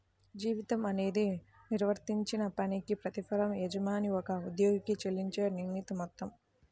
జీతం అనేది నిర్వర్తించిన పనికి ప్రతిఫలంగా యజమాని ఒక ఉద్యోగికి చెల్లించే నిర్ణీత మొత్తం